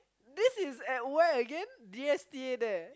this is at where again D_S_T_A there